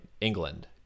England